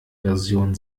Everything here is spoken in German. version